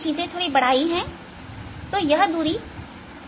चीजें थोड़ी बढ़ाई गई है